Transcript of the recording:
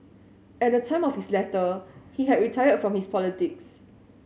at the time of his letter he had retired from his politics